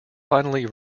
finally